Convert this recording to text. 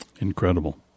Incredible